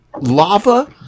lava